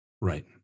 Right